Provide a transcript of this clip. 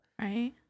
Right